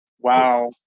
Wow